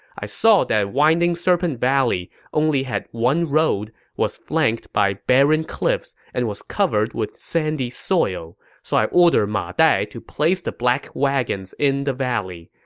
i saw that winding serpent valley only had one road, was flanked by barren cliffs, and was covered with sandy soil. so i ordered ma dai to place the black wagons in the valley.